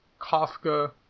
Kafka